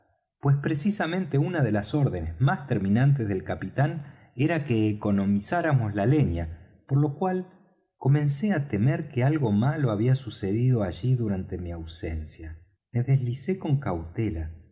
pues precisamente una de las órdenes más terminantes del capitán era que economizáramos la leña por lo cual comencé á temer que algo malo había sucedido allí durante mi ausencia me deslicé con cautela